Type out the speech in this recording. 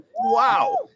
Wow